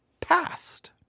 past